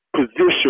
position